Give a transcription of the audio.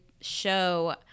show